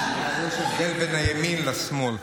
הבנתי, יש הבדל בין הימין לשמאל.